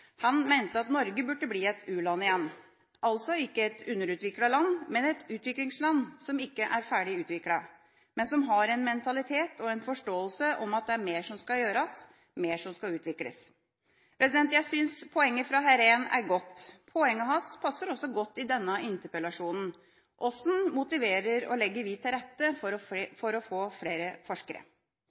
Han mente at Norge burde bli et u-land igjen – altså ikke et underutviklet land, men et utviklingsland som ikke er ferdig utviklet, men som har en mentalitet og en forståelse for at det er mer som skal gjøres, mer som skal utvikles. Jeg synes poenget til Heren er godt. Poenget hans passer også godt i denne interpellasjonen. Hvordan motiverer og legger vi til rette for å få flere forskere? Behovet for flere